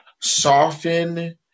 soften